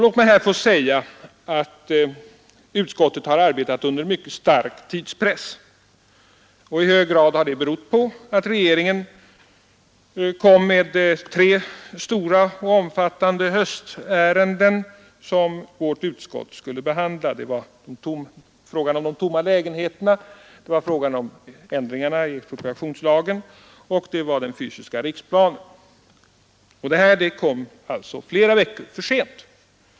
Låt mig här få säga att utskottet har arbetat under mycket stark tidspress. I hög grad har det berott på att regeringen kom med tre stora och omfattande h irenden som vårt utskott skulle behandla — det var frågan om de tomma lägenheterna, ändringarna i expropriationslagen och den fysiska riksplanen. Allt detta kom flera veckor för sent.